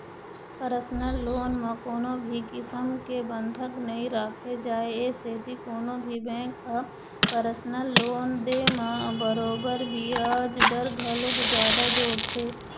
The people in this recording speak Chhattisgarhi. परसनल लोन म कोनो भी किसम के बंधक नइ राखे जाए ए सेती कोनो भी बेंक ह परसनल लोन दे म बरोबर बियाज दर घलोक जादा जोड़थे